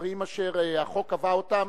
דברים אשר החוק קבע אותם,